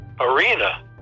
arena